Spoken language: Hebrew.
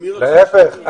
להיפך,